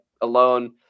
alone